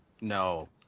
No